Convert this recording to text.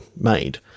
made